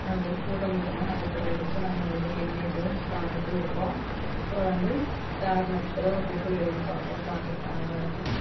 அது வந்து கூட்டம் கூட்டமாக நட்சத்திரம் இருக்கும் நம்ம அதில் எண்ணிட்டு பார்த்துட்டும் இருப்போம் அப்புறம் வந்து ஸ்டார் நட்சத்திரம் புக்கில் எழுதி பார்ப்போம் பார்க்குறக்கு அழகாக இருக்கும்